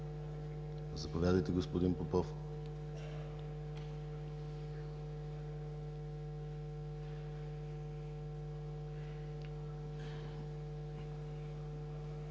Заповядайте, господин Попов.